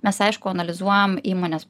mes aišku analizuojam įmones